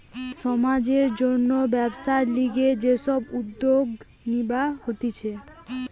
সমাজের জন্যে ব্যবসার লিগে যে সব উদ্যোগ নিবা হতিছে